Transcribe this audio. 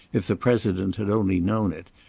if the president had only known it,